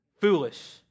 foolish